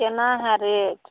कोना हइ रेट